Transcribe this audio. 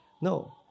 no